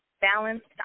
Balanced